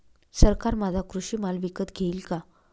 सरकार माझा कृषी माल विकत घेईल का?